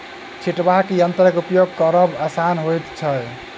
छिटबाक यंत्रक उपयोग करब आसान होइत छै